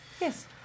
yes